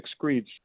excretes